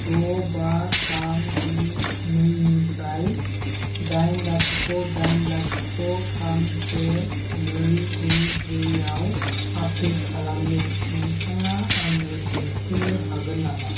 द बा थाम गु नै निफ्राय दाइन लाथिख' दाइन लाथिख' थाम से नै ब्रै गु आव आपडेट खालामनो नोंथाङा दिन्थिगोन नामा